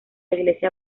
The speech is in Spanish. iglesia